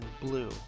Blue